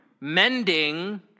mending